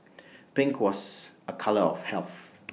pink was A colour of health